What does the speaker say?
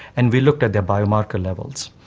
and we looked at their biomarker levels.